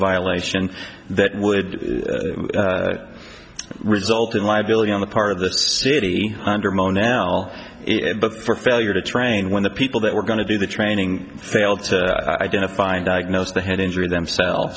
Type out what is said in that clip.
violation that would result in liability on the part of the city under mo now but for failure to train when the people that were going to do the training failed to identify and diagnose the head injury themselves